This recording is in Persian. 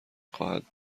خواهد